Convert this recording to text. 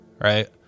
right